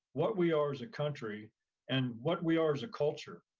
what we are as a country and what we are as a culture.